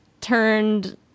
turned